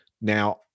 Now